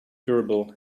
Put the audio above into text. durable